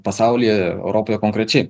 pasaulyje europoje konkrečiai